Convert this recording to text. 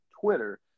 Twitter